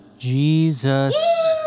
Jesus